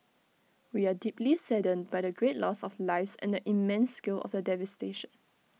we are deeply saddened by the great loss of lives and the immense scale of the devastation